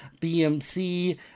BMC